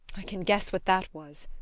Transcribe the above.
i can guess what that was!